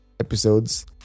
episodes